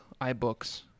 iBooks